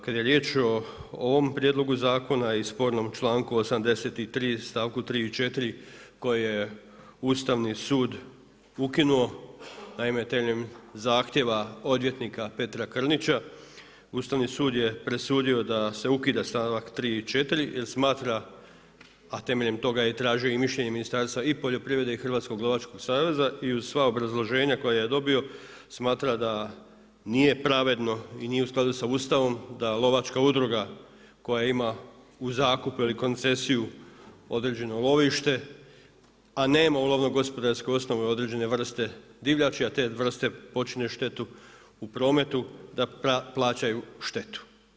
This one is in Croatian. Kad je riječ o ovom prijedlogu zakona i spornom članku 83. stavku 3. i 4. koje je Ustavni sud ukinuo, naime temeljem zahtjeva odvjetnika Petra Krnića, Ustavni sud je presudio da se ukida stavak 3. i 4. jer smatra a temeljem toga je i tražio mišljenje Ministarstva i poljoprivrede i Hrvatskog lovačkog saveza i uz sva obrazloženja koja je dobio, smatra da nije pravedno i nije u skladu sa Ustavom, da lovačka udruga koja ima u zakup ili koncesiju određeno lovište, a nema u lovno-gospodarskoj osnovi određene vrste divljači, a te vrste počine štetu u prometu, da plaćaju štetu.